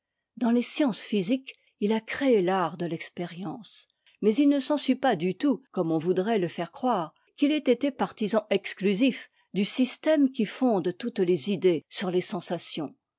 dans les sciences physiques il a créé l'art de l'expérience mais il ne s'ensuit pas du tout comme on voudrait le faire croire qu'il ait été partisan exclusif du système qui fonde toutes les idées sur les sensations